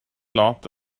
laughed